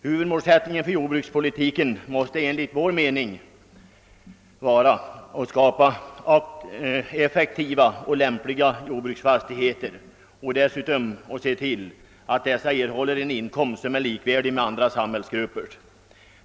Huvudmålsättningen för jordbrukspolitiken måste enligt vår mening vara att skapa effektiva och lämpliga jordbruksfastigheter och dessutom att se till, att jordbrukarna erhåller en inkomst som är likvärdig med andra samhällsgruppers.